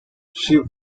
she